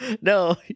No